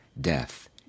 death